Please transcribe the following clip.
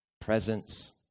presence